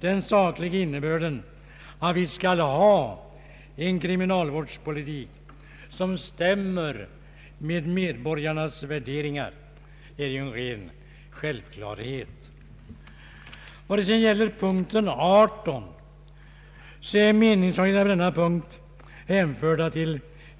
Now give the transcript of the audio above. Den sakliga innebörden att vi skall ha en kriminalvårdspolitik som stämmer med medborgarnas värderingar är ju en ren självklarhet. Punkt 18 rör sig om